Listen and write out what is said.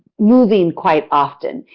moving quite often,